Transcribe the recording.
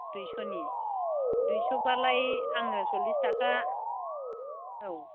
दुयस'नि दुयस' बालाय आङो सरलिस थाखा औ